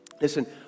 Listen